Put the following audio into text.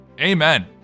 Amen